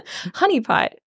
honeypot